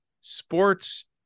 sports